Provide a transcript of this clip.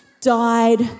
died